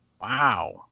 Wow